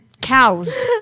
cows